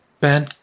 Ben